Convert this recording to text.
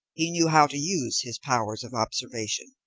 he knew how to use his powers of observation.